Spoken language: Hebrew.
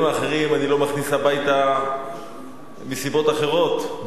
האחרים אני לא מכניס הביתה מסיבות אחרות,